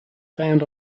found